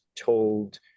told